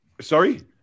sorry